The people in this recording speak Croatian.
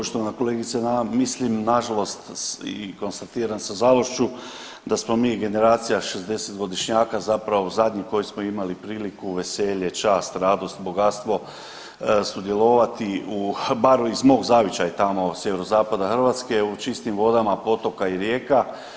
Poštovana kolegice, mislim nažalost i konstatiram sa žalošću da smo mi generacija 60-godišnjaka zapravo zadnji koji smo imali priliku, veselje, čast, radost, bogatstvo sudjelovati u bar iz mog zavičaja sjeverozapada Hrvatske u čistim vodama potoka i rijeka.